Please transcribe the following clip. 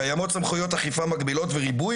קיימות סמכויות אכיפה מקבילות וריבוי